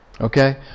Okay